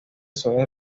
suele